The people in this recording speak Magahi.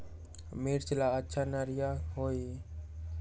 मिर्च ला अच्छा निरैया होई?